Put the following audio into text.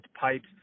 pipes